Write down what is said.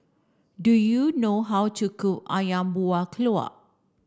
do you know how to cook Ayam Buah Keluak